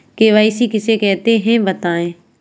KYC किसे कहते हैं बताएँ?